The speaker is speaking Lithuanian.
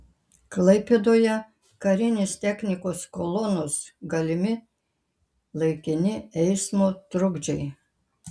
klaipėdoje karinės technikos kolonos galimi laikini eismo trukdžiai